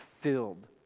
filled